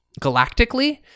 galactically